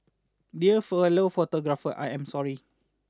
dear fellow photographers I am sorry